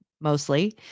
mostly